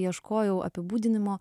ieškojau apibūdinimo